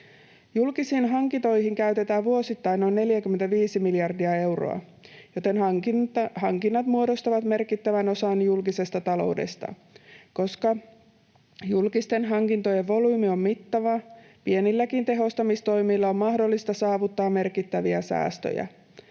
Julkisiin hankintoihin käytetään vuosittain noin 45 miljardia euroa, joten hankinnat muodostavat merkittävän osan julkisesta taloudesta. Koska julkisten hankintojen volyymi on mittava, pienilläkin tehostamistoimilla on mahdollista saavuttaa merkittäviä säästöjä.